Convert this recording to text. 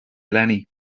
eleni